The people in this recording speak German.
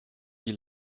wie